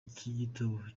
gitaramo